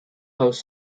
house